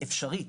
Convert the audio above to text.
אפשרית.